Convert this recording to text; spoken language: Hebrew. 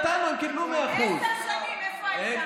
נתנו, הם קיבלו 100%. עשר שנים איפה היית?